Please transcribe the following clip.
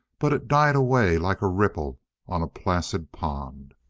but it died away like a ripple on a placid pond.